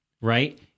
right